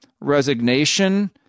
resignation